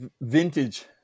vintage